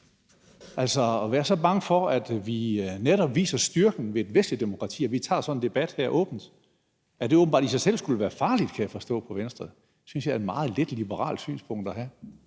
altså være så bange for, at vi netop viser styrken ved de vestlige demokratier. Vi tager så en debat her åbent. At det åbenbart i sig selv skulle være farligt, kan jeg forstå på Venstre, synes jeg er et meget lidt liberalt synspunkt at have.